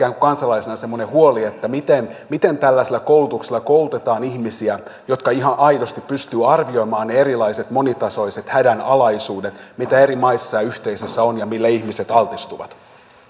kansalaisena semmoinen huoli että miten tällaisella koulutuksella koulutetaan ihmisiä jotka ihan aidosti pystyvät arvioimaan ne erilaiset monitasoiset hädänalaisuudet mitä eri maissa ja yhteisöissä on ja mille ihmiset altistuvat